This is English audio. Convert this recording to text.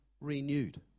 renewed